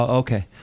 okay